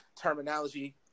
terminology